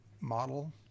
model